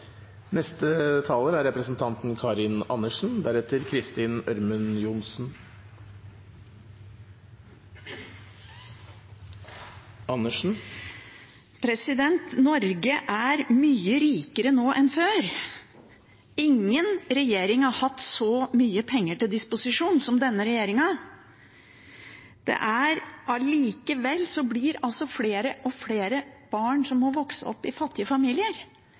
Norge er mye rikere nå enn før. Ingen regjering har hatt så mye penger til disposisjon som denne regjeringen. Det er likevel flere og flere barn som må vokse opp i fattige familier.